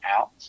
out